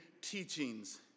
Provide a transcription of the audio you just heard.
teachings